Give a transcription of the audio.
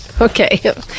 Okay